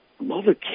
Mother